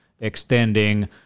extending